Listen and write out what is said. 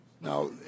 Now